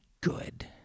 good